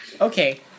Okay